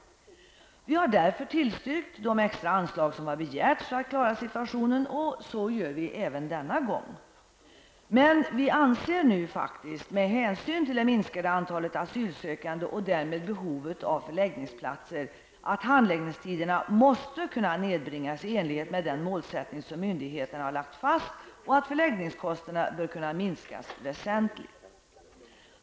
Vi har därför tillstyrkt de extra anslag som begärts för att klara situationen, och så gör vi även denna gång. Med hänsyn till det minskade antalet asylsökande och det därmed minskade behovet av förläggningsplatser anser vi faktiskt att handläggningstiderna måste kunna nedbringas i enlighet med den målsättning som myndigheterna har lagt fast och att förläggningskostnaderna bör kunna minskas väsentligt.